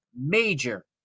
major